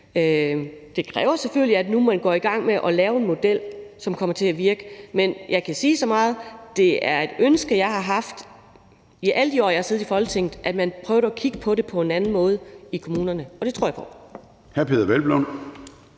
Det kræver selvfølgelig, at man nu går i gang med at lave en model, som kommer til at virke. Men jeg kan sige så meget: Det er et ønske, jeg har haft i alle de år, jeg har siddet i Folketinget, nemlig at man prøvede at kigge på det på en anden måde i kommunerne – og det tror jeg går.